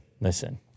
listen